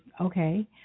okay